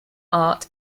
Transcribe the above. art